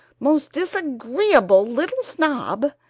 most disagreeable little snob!